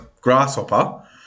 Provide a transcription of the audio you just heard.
grasshopper